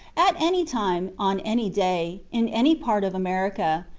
at any time, on any day, in any part of america,